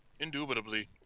Indubitably